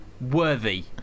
worthy